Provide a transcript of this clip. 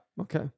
okay